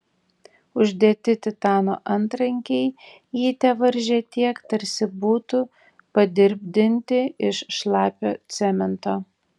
uždėti titano antrankiai jį tevaržė tiek tarsi būtų padirbdinti iš šlapio cemento